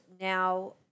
now